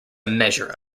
measure